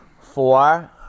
four